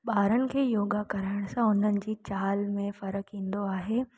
ॿारनि खे योगा करण सां उन्हनि जी चाल में फ़र्क़ु ईंदो आहे